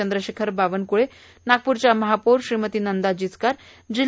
चंद्रशेखर बावनकुळे नागपूरच्या महापौर श्रीमती नंदा जिचकार जि